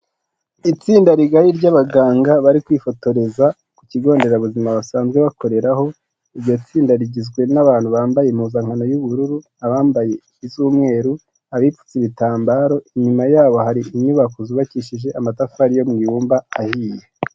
Itsinda rigari ry'abaganga bari kwifotoreza ku kigo nderabuzima basanzwe bakoreraho, iryo tsinda rigizwe n'abantu bambaye impuzankano y'ubururu abambaye iz'umweru abipfutse ibitambaro, inyuma yabo hari inyubako zubakishije amatafari yo mu iyumba ahiye.